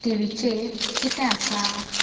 T V चेर कितें आसा